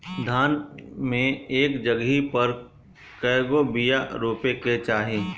धान मे एक जगही पर कएगो बिया रोपे के चाही?